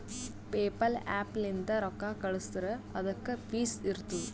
PayPal app ಲಿಂತ್ ರೊಕ್ಕಾ ಕಳ್ಸುರ್ ಅದುಕ್ಕ ಫೀಸ್ ಇರ್ತುದ್